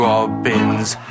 Robin's